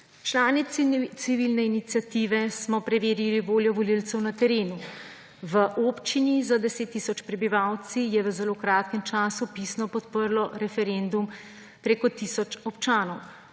Člani civilne iniciative smo preverili voljo volivcev na terenu. V občini z 10 tisoč prebivalci je v zelo kratkem času pisno podprlo referendum preko tisoč občanov.